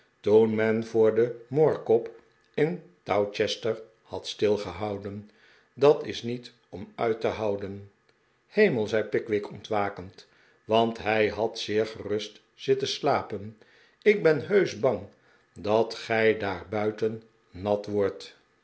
toen men voor de moorkop in towcester had stilgehouden dat is niet om uit te houden hemel zei pickwick ontwakend want hij had zeer gerust zitten slapen ik ben heusch bang dat gij daar buiten nat wordt